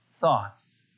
thoughts